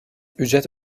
ücret